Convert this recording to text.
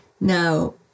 now